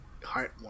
heartwarming